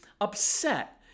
upset